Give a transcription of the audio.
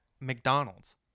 McDonald's